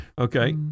Okay